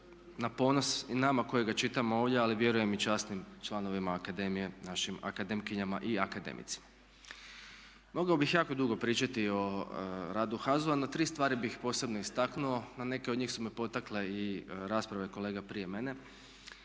na ponos i nama koji ga čitamo ovdje ali vjerujem i časnim članovima akademije našim akademkinjama i akademicima. Mogao bih jako dugo pričati o radu HAZU-a no tri stvari bih posebno istaknuo, na neke od njih su me potakle i rasprave kolega prije mene